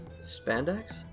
Spandex